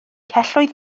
celloedd